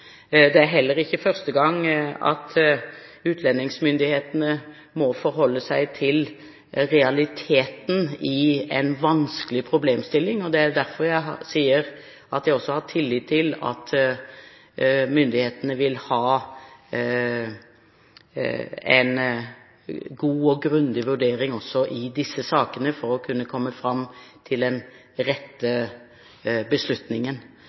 Det er heller ikke første gang utlendingsmyndighetene må forholde seg til realiteten i en vanskelig problemstilling, og det er derfor jeg sier at jeg også har tillit til at myndighetene vil foreta en god og grundig vurdering også i disse sakene for å kunne komme fram til den rette beslutningen.